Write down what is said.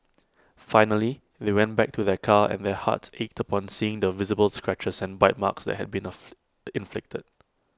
finally they went back to their car and their hearts ached upon seeing the visible scratches and bite marks that had been of inflicted